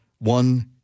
One